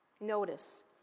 Notice